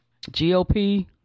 GOP